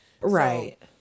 Right